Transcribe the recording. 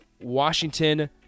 Washington